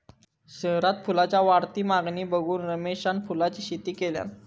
शहरात फुलांच्या वाढती मागणी बघून रमेशान फुलांची शेती केल्यान